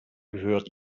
gehört